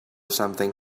something